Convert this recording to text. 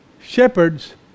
Shepherds